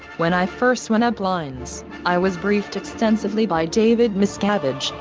when i first went up lines, i was briefed extensively by david miscavige,